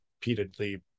repeatedly